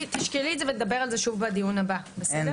אז תשקלי את זה ונדבר על זה שוב בדיון הבא, בסדר?